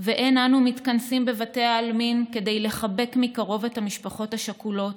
ואין אנו מתכנסים בבתי העלמין כדי לחבק מקרוב את המשפחות השכולות,